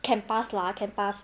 can pass lah can pass